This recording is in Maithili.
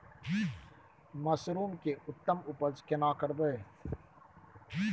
मसरूम के उत्तम उपज केना करबै?